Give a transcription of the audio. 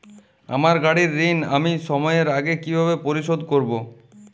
আমার গাড়ির ঋণ আমি সময়ের আগে কিভাবে পরিশোধ করবো?